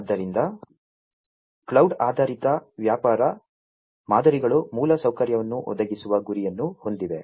ಆದ್ದರಿಂದ ಕ್ಲೌಡ್ ಆಧಾರಿತ ವ್ಯಾಪಾರ ಮಾದರಿಗಳು ಮೂಲಸೌಕರ್ಯವನ್ನು ಒದಗಿಸುವ ಗುರಿಯನ್ನು ಹೊಂದಿವೆ